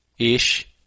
ish